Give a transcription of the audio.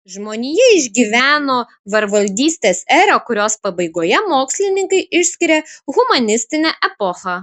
žmonija išgyveno vergvaldystės erą kurios pabaigoje mokslininkai išskiria humanistinę epochą